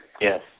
Yes